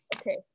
okay